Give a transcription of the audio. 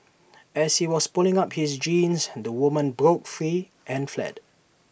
as he was pulling up his jeans the woman broke free and fled